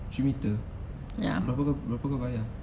three metre berapa berapa kau bayar